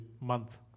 month